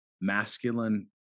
masculine